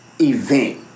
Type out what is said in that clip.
event